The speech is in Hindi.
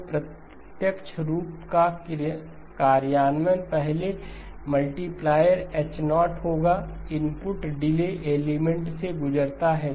तो प्रत्यक्ष रूप का कार्यान्वयन पहले मल्टीप्लायर h0 होगा इनपुट डिले एलिमेंट से गुजरता है